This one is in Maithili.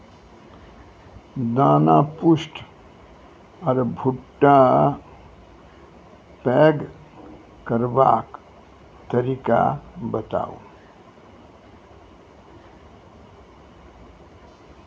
दाना पुष्ट आर भूट्टा पैग करबाक तरीका बताऊ?